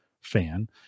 fan